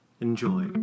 Enjoy